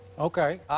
Okay